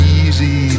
easy